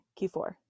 Q4